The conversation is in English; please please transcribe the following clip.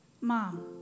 Mom